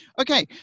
Okay